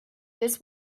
this